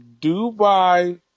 Dubai